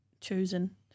chosen